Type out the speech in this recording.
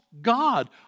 god